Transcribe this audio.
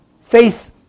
faith